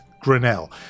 Grinnell